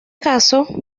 caso